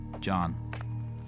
John